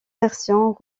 versions